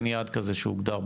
אין יעד כזה שהוגדר בחוק,